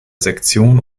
sektion